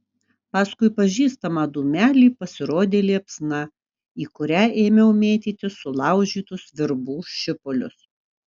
paskui pažįstamą dūmelį pasirodė liepsna į kurią ėmiau mėtyti sulaužytus virbų šipulius